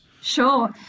Sure